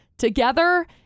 Together